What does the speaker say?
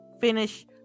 finish